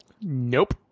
Nope